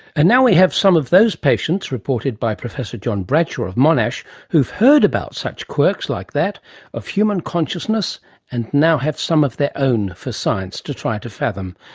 and now we have some of those patients reported by professor john bradshaw of monash who've heard about such quirks like that of human consciousness and now have some of their own for science to try to fathom.